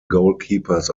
goalkeepers